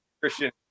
Christian